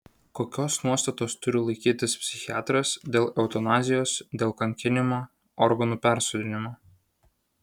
kokios nuostatos turi laikytis psichiatras dėl eutanazijos dėl kankinimo organų persodinimo